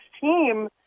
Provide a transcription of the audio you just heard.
team